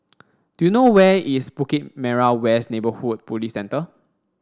do you know where is Bukit Merah West Neighbourhood Police Centre